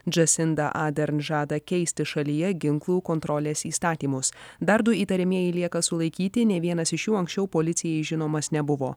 džasinda adern žada keisti šalyje ginklų kontrolės įstatymus dar du įtariamieji lieka sulaikyti ne vienas iš jų anksčiau policijai žinomas nebuvo